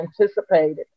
anticipated